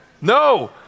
No